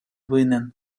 винен